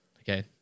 okay